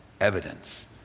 Evidence